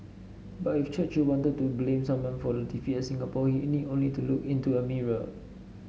but if Churchill wanted to blame someone for the defeat at Singapore he need only to look into a mirror